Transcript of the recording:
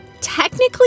technically